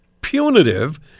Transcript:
punitive